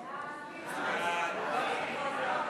ההצעה להעביר את הצעת